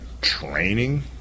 training